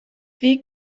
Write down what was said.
wie